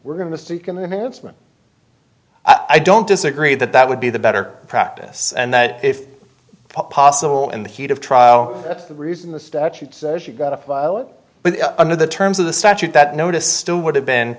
management i don't disagree that that would be the better practice and that if possible in the heat of trial that's the reason the statute says you got to file it but under the terms of the statute that notice still would have been